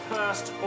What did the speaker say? First